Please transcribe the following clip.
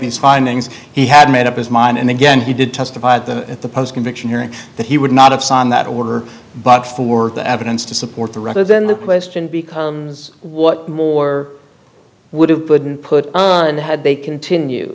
these findings he had made up his mind and again he did testify at the post conviction here and that he would not have signed that order but for the evidence to support the rather than the question because what more would have been put on had they continue